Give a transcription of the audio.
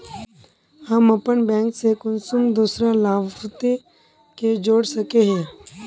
हम अपन बैंक से कुंसम दूसरा लाभारती के जोड़ सके हिय?